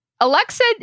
Alexa